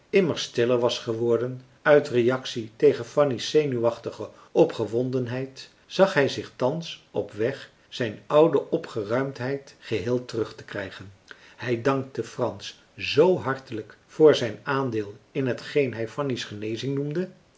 stiller was geworden uit reactie tegen fanny's zenuwachtige opgewondenheid zag hij zich thans op weg zijn oude opgeruimdheid geheel terugtekrijgen hij dankte frans z hartelijk voor zijn aandeel in hetgeen hij fanny's genezing noemde